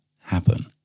happen